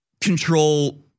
control